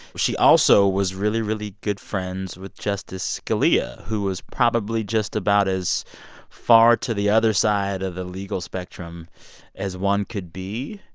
she also was really, really good friends with justice scalia, who was probably just about as far to the other side of the legal spectrum as one could be.